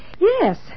Yes